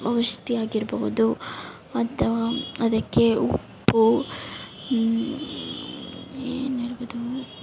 ಔಷಧಿ ಆಗಿರಬಹುದು ಅಥವಾ ಅದಕ್ಕೆ ಉಪ್ಪು ಏನಿರ್ಬಹುದು